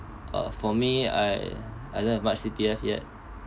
uh for me I I don't have much C_P_F yet